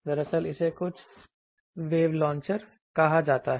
दरअसल इसे कुछ लॉन्चर वेव लॉन्चर कहा जाता है